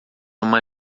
uma